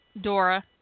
Dora